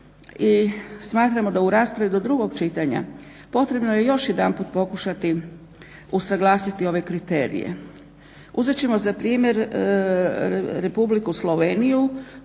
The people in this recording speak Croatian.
i smatramo da u raspravi do drugog čitanja potrebno je još jedanput pokušati usuglasiti ove kriterije. Uzet ćemo za primjer Republiku Sloveniju